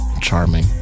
charming